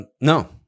No